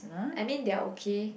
I mean they are okay